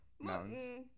Mountains